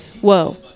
Whoa